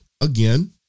again